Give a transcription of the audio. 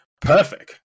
perfect